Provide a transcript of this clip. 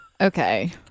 Okay